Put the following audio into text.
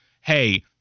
hey